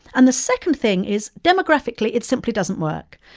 and the second thing is, demographically, it simply doesn't work.